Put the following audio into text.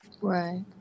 right